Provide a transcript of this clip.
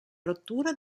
rottura